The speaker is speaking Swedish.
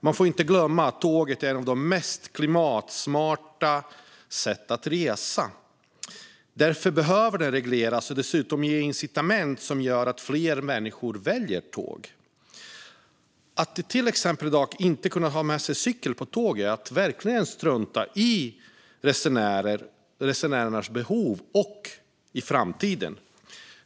Man får inte glömma att tåget är ett av de mest klimatsmarta sätten att resa. Därför behövs en reglering, och man behöver dessutom ge incitament som gör att fler människor väljer tåg. Att man i dag till exempel inte kan ha med sig cykel på tåget är verkligen att strunta i resenärernas behov och i framtiden.